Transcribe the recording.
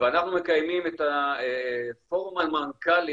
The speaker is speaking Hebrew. ואנחנו מקיימים את פורום המנכ"לים,